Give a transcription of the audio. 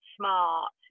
smart